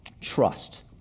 trust